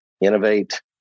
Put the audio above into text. innovate